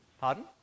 pardon